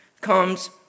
comes